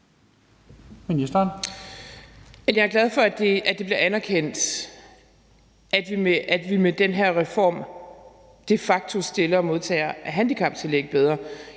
Jeg er glad for, at det bliver anerkendt, at vi med den her reform de facto stiller modtagere af handicaptillæg bedre.